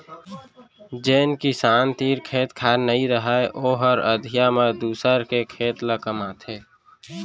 जेन किसान तीर खेत खार नइ रहय ओहर अधिया म दूसर के खेत ल कमाथे